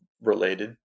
related